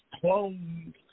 clones